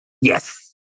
Yes